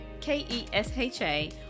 K-E-S-H-A